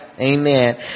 Amen